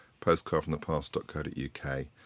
postcardfromthepast.co.uk